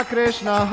Krishna